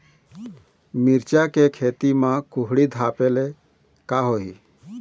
मिरचा के खेती म कुहड़ी ढापे ले का होही?